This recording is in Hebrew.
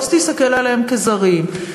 לא תסתכל עליהם כזרים,